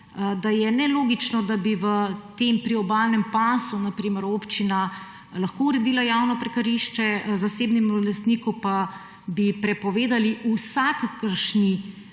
da je nelogično, da bi v tem priobalnem pasu na primer občina lahko javno parkirišče, zasebnemu lastniku pa bi prepovedali vsakršen,